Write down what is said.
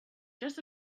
just